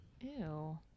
Ew